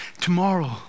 Tomorrow